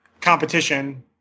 competition